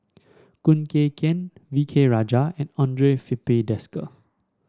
Khoo Kay Hian V K Rajah and Andre Filipe Desker